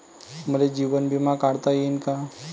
मले जीवन बिमा काढता येईन का?